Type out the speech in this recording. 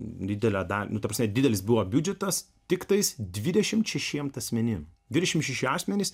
didelę dalį ta prasme didelis buvo biudžetas tiktais dvidešim šešiems asmenim dvidešim šeši asmenys